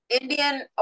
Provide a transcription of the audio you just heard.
Indian